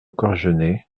corgenay